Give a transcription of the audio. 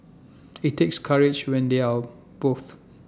IT takes courage when they are both